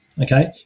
okay